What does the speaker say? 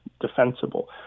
defensible